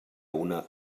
una